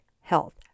health